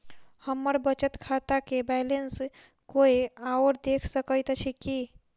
हम्मर बचत खाता केँ बैलेंस कोय आओर देख सकैत अछि की